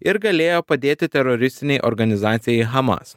ir galėjo padėti teroristinei organizacijai hamas